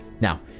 Now